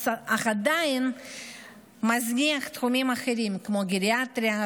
אך עדיין מזניח תחומים אחרים כמו גריאטריה,